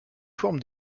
forme